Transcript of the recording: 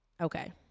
Okay